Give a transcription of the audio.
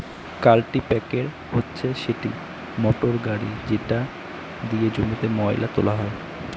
কাল্টিপ্যাকের হচ্ছে সেই মোটর গাড়ি যেটা দিয়ে জমিতে ময়লা তোলা হয়